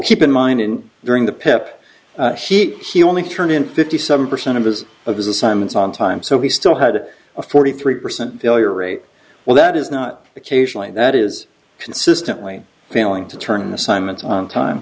keep in mind and during the pep she only turned in fifty seven percent of his of his assignments on time so he still had a forty three percent failure rate well that is not occasionally that is consistently failing to turn an assignment on time